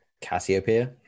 Cassiopeia